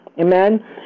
amen